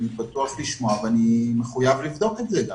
אני בטוח אשמע ואני מחויב גם לבדוק את זה.